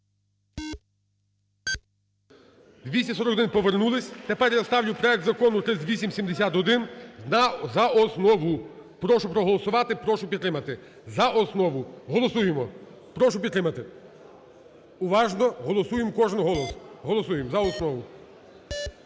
За-241 Повернулись. Тепер я ставлю проект Закону 3871 за основу. Прошу проголосувати, прошу підтримати за основу. Голосуємо. Прошу підтримати. Уважно голосуємо, кожен голос. Голосуємо за основу.